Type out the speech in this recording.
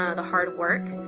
ah the hard work,